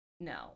No